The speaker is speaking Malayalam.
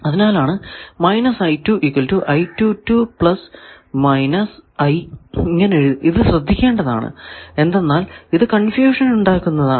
അതിനാലാണ് ഇത് ശ്രദ്ധിക്കേണ്ടതാണ് എന്തെന്നാൽ ഇത് കൺഫ്യൂഷൻ ഉണ്ടാക്കുന്നതാണ്